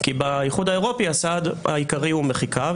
כי באיחוד האירופי הסעד העיקרי הוא מחיקה,